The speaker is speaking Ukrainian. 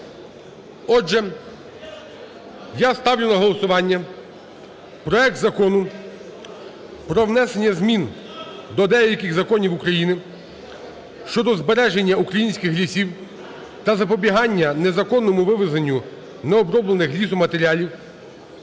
Отже, я ставлю на голосування проект Закону про внесення змін до деяких законів України щодо збереження українських лісів та запобігання незаконному вивезенню необроблених лісоматеріалів